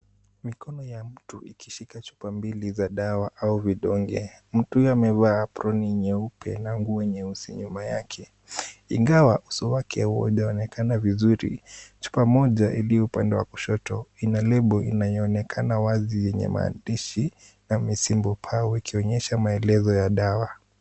Mikono ya mtu ikishika chupa mbili za dawa au vidonge. Mtu huyu amevaa aproni nyeupe na nguo nyeusi nyuma yake. Ingawa uso wake haujaonekana vizuri, chupa moja ilio upande wa kushoto ina lebo inayoonekana wazi yenye maandishi ya Misimbo power ikionyesha maelezo ya dawa.